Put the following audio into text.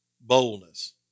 Boldness